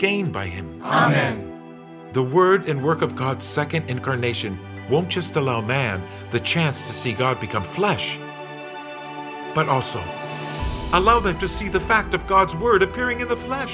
again by him i hand the word and work of god nd incarnation won't just allow man the chance to see god become flesh but also allow them to see the fact of god's word appearing in the